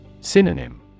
Synonym